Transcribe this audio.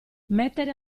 mettere